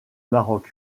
maroc